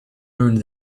learned